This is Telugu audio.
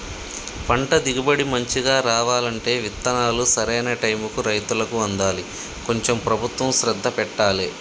పంట దిగుబడి మంచిగా రావాలంటే విత్తనాలు సరైన టైముకు రైతులకు అందాలి కొంచెం ప్రభుత్వం శ్రద్ధ పెట్టాలె